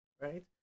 right